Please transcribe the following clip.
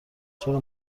چرا